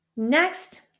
Next